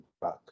back